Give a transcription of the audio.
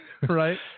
Right